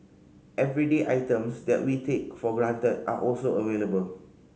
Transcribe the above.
everyday items that we take for granted are also available